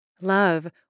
Love